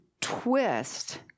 twist